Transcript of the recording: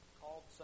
called